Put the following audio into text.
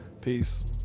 peace